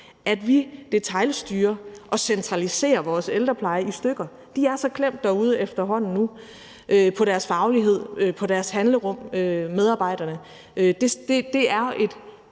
at vi detailstyrer og centraliserer vores ældrepleje i stykker. Medarbejderne derude er efterhånden så klemt på deres faglighed og deres handlerum, og det er et